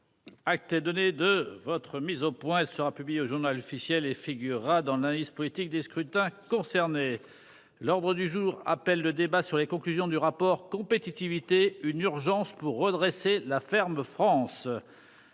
Acte est donné de votre mise au point ce sera publié au Journal officiel et figurera dans l'analyste politique des scrutins concernés. L'ordre du jour appelle le débat sur les conclusions du rapport compétitivité une urgence pour redresser la ferme France.